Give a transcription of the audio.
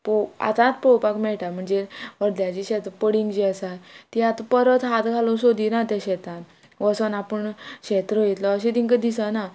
पो आतांत पळोवपाक मेळटा म्हणजे अर्द्याची शेत पडींग जी आसा ती आतां परत हात घालूंक सोदिना त्या शेतान वचोन आपूण शेत रोयतलो अशें तिंका दिसना